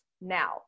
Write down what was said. now